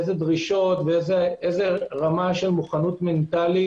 איזה דרישות ואיזו רמה של מוכנות מנטלית